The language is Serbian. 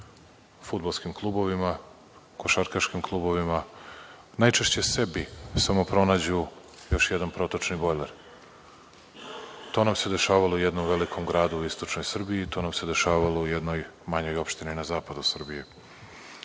fudbalskim klubovima, košarkaškim klubovima, najčešće sebi, samo pronađu još jedan protočni bojler. To nam se dešavalo u jednom velikom gradu u istočnoj Srbiji i to nam se dešavalo u jednoj manjoj opštini na zapadu Srbije. Ono